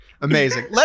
amazing